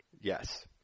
Yes